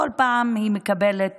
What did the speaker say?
בכל פעם היא מקבלת